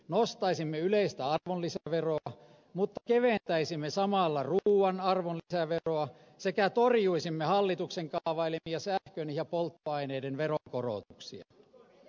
nostaisimme yleistä arvonlisäveroa mutta keventäisimme samalla ruuan arvonlisäveroa sekä torjuisimme hallituksen kaavailemat sähkön ja polttoaineiden veronkorotukset